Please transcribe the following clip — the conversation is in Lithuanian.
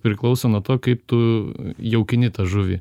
priklauso nuo to kaip tu jaukini tą žuvį